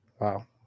Wow